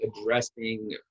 addressing